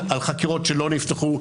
על חקירות שלא נפתחו,